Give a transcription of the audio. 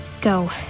go